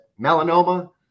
melanoma